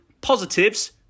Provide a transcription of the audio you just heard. positives